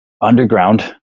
underground